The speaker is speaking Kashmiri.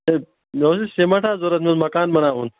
تہٕ مےٚ اوس یہِ سیٖمَٹ حظ ضروٗرت مےٚ اوس مَکان بَناوُن